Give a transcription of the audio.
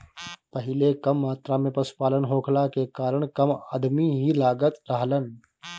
पहिले कम मात्रा में पशुपालन होखला के कारण कम अदमी ही लागत रहलन